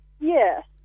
Yes